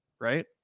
Right